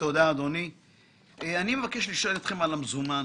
אני רוצה לשאול אתכם על המזומן